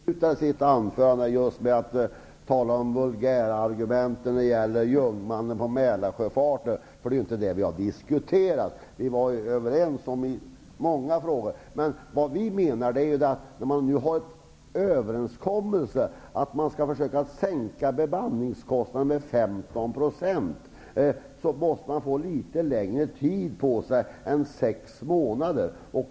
Herr talman! Det var synd att Tom Heyman avslutade sitt anförande med att tala om vulgärargument när det gäller jungmannen på Mälarsjöfarten. Men det är inte det vi har diskuterat. Vi var faktiskt överens i många frågor. Det finns ju en överenskommelse om att försöka minska bemanningskostnaden med 15 %. Men man måste få litet längre tid på sig än sex månader.